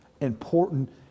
important